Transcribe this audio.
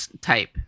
type